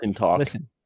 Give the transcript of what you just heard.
listen